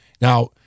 Now